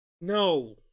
No